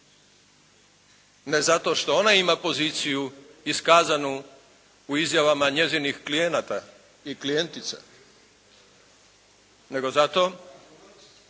ne zato što ona ima poziciju iskazanu u izjavama njezinih klijenata i klijentica nego zato